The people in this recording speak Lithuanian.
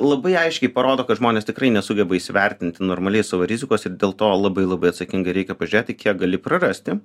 labai aiškiai parodo kad žmonės tikrai nesugeba įsivertinti normaliai savo rizikos ir dėl to labai labai atsakingai reikia pažiūrėti kiek gali prarasti